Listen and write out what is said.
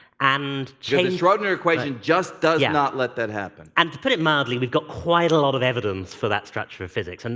and schrodinger equation just does not let that happen. and to put it mildly, we've got quite a lot of evidence for that structure of physics, and